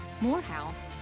Morehouse